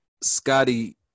Scotty